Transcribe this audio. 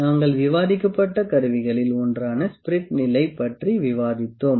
நாங்கள் விவாதிக்கப்பட்ட கருவிகளில் ஒன்றான ஸ்பிரிட் நிலை பற்றி விவாதித்தோம்